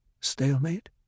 Stalemate